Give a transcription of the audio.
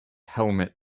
helmet